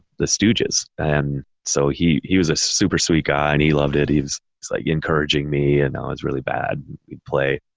the stooges. and so he, he was a super sweet guy and he loved it. he was like encouraging me and i um was really bad, we'd play.